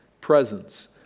presence